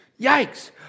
Yikes